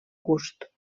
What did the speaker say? gust